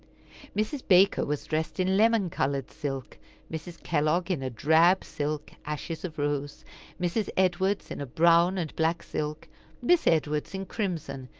mrs. baker was dressed in lemon-colored silk mrs. kellogg in a drab silk, ashes of rose mrs. edwards in a brown and black silk miss edwards in crimson,